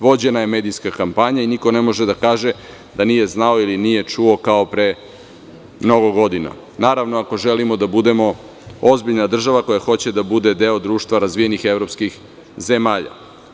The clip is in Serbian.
Vođena je medijska kampanja i niko ne može da kaže da nije znao ili nije čuo, kao pre mnogo godina, naravno, ako želimo da budemo ozbiljna država koja hoće da bude deo društva razvijenih evropskih zemalja.